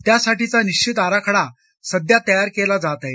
त्यासाठीचा निश्चित आराखडा सध्या तयार केला जात आहे